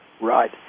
Right